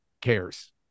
cares